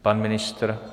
Pan ministr?